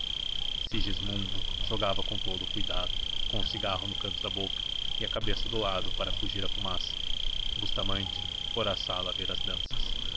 whist segismundo jogava com todo o cuidado com o cigarro no canto da boca e a cabeça do lado para fugir à fumaça bustamante fora à sala ver as danças